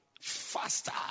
faster